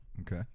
Okay